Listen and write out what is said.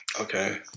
Okay